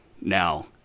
now